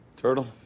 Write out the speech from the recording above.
Turtle